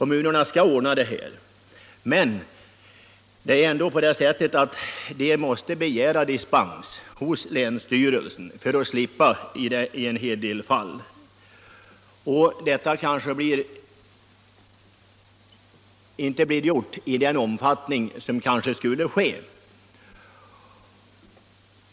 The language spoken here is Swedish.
Men de måste ändå begära dispens hos länsstyrelsen om de vill slippa sophämtningen, och det blir kanske inte gjort i den omfattning som borde ske.